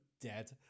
dead